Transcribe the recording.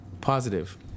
Positive